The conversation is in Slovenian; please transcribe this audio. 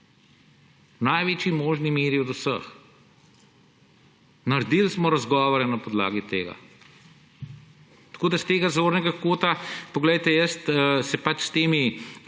največji možni meri od vseh. Naredili smo razgovore na podlagi tega. S tega zornega kota, poglejte, se jaz s temi